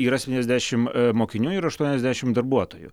yra septyniasdešim mokinių ir aštuoniasdešim darbuotojų